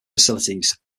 facilities